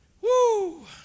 Woo